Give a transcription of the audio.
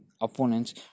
opponents